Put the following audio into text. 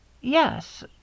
Yes